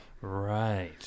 Right